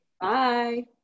Bye